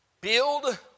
Build